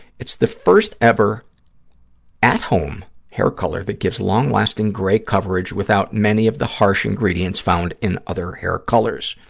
it's the first ever at-home hair color that gives long-lasting gray coverage without many of the harsh ingredients found in other hair colors,